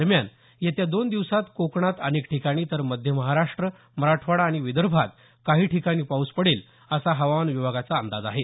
दरम्यान येत्या दोन दिवसांत कोकणात अनेक ठिकाणी तर मध्य महाराष्ट्र मराठवाडा आणि विदर्भात काही ठिकाणी पाऊस पडेल असा हवामान विभागाचा अंदाज आहे